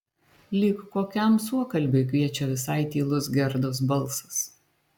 lyg kokiam suokalbiui kviečia visai tylus gerdos balsas